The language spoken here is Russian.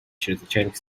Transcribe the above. чрезвычайных